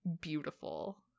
beautiful